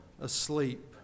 asleep